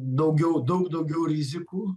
daugiau daug daugiau rizikų